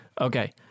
Okay